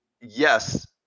yes